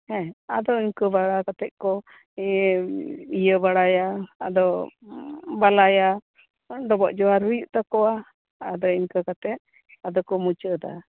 ᱦᱮᱸ ᱟᱫᱚ ᱤᱝᱠᱟᱹ ᱵᱟᱲᱟ ᱠᱟᱛᱮᱜ ᱠᱚ ᱤᱭᱟᱹ ᱤᱭᱟᱹ ᱵᱟᱲᱟᱭᱟ ᱟᱫᱚ ᱵᱟᱞᱟᱭᱟ ᱰᱚᱵᱚᱜ ᱡᱚᱦᱟᱨ ᱦᱩᱭᱩᱜ ᱛᱟᱠᱚᱣᱟ ᱟᱫᱚ ᱤᱝᱠᱟᱹ ᱠᱟᱛᱮᱫ ᱟᱫᱚ ᱠᱚ ᱢᱩᱪᱟᱹᱫᱟ